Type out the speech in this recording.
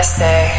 say